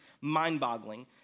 mind-boggling